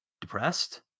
depressed